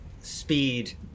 speed